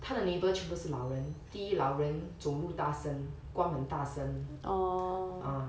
他的 neighbour 全部都是老人第一老人走路大声关门大声